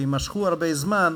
והם יימשכו הרבה זמן,